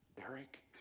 Eric